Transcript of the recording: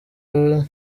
ubundi